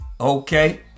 Okay